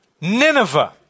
Nineveh